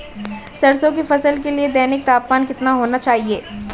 सरसों की फसल के लिए दैनिक तापमान कितना होना चाहिए?